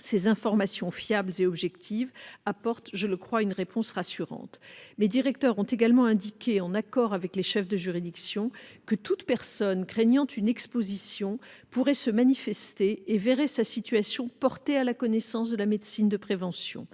Ces informations fiables et objectives apportent, je le crois, une réponse rassurante. Mes directeurs ont également indiqué, en accord avec les chefs de juridiction, que toute personne craignant une exposition pourrait se manifester et verrait sa situation portée à la connaissance de la médecine de prévention.